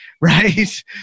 right